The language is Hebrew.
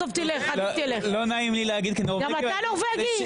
גם אתה נורווגי?